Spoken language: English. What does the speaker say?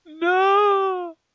No